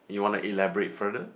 you want to elaborate further